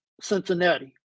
Cincinnati